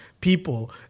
people